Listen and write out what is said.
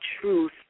truth